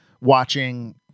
watching